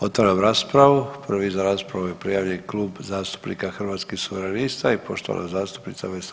Otvaram raspravu, prvi za raspravu je prijavljeni Klub zastupnika Hrvatskih suverenista i poštovana zastupnica Vesna